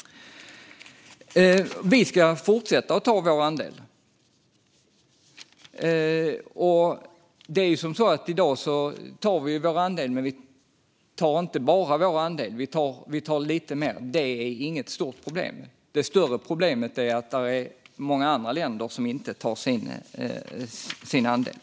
Sverige ska fortsätta att ta sin andel av de asylsökande. I dag tar vi vår andel, men vi tar inte bara vår andel, utan vi tar lite mer. Det är inget stort problem. Det större problemet är att det är många andra länder som inte tar sin andel.